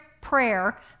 prayer